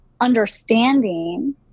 understanding